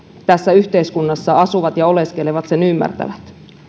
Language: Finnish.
tässä yhteiskunnassa asuvat ja oleskelevat sen ymmärtävät